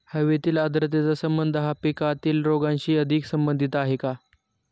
हवेतील आर्द्रतेचा संबंध हा पिकातील रोगांशी अधिक संबंधित आहे का?